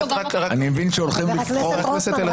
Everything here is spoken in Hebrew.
אני מבין שהולכים לבחור -- חבר הכנסת רוטמן,